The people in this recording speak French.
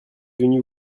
venu